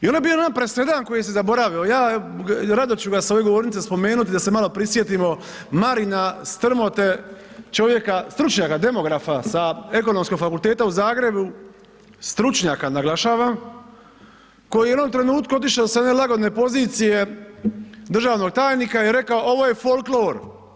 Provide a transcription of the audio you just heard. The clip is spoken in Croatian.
I onda je bio jedan presedan koji se zaboravio, ja rado ću ga s ove govornice spomenuti da se malo prisjetimo Marina Strmote čovjeka, stručnjaka, demografa sa Ekonomskog fakulteta u Zagrebu, stručnjaka naglašavam koji je u jednom trenutku otišao sa jedne lagodne pozicije državnog tajnika i rekao ovo je folklor.